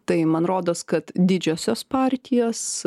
tai man rodos kad didžiosios partijos